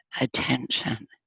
attention